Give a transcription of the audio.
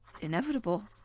inevitable